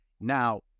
Now